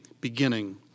beginning